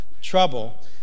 Trouble